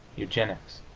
eugenics